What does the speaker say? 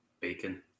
Bacon